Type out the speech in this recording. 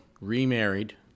remarried